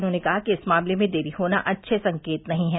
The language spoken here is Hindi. उन्होंने कहा कि इस मामले में देरी होना अच्छे संकेत नहीं है